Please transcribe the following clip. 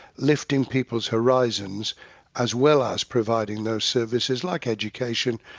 lifting people's horizons as well as providing those services like education,